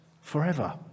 forever